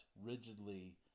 rigidly